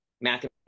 Matthew